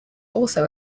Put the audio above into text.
also